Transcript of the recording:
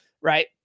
right